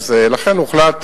הוחלט,